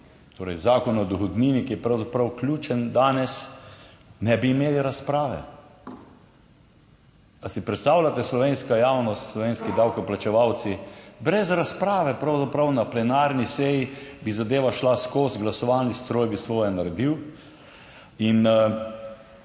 torej Zakon o dohodnini, ki je pravzaprav ključen danes, ne bi imeli razprave. Ali si predstavljate, slovenska javnost, slovenski davkoplačevalci, brez razprave pravzaprav na plenarni seji bi zadeva šla skozi, glasovalni stroj bi svoje naredil in